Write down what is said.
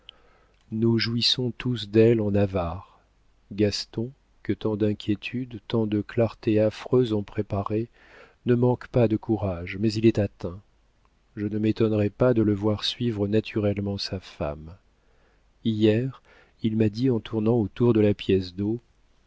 nous jouissons tous d'elle en avares gaston que tant d'inquiétudes tant de clartés affreuses ont préparé ne manque pas de courage mais il est atteint je ne m'étonnerais pas de le voir suivre naturellement sa femme hier il m'a dit en tournant autour de la pièce